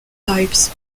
types